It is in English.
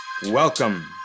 Welcome